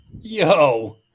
Yo